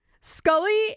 Scully